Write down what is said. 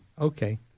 Okay